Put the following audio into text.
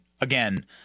again